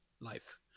life